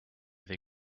the